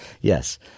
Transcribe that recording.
Yes